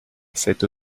cette